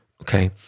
okay